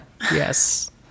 Yes